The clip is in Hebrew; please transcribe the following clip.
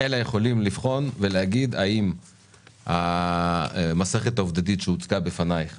אלא יכולים לבחון ולהגיד האם המסכת העובדתית שהוצגה בפנייך,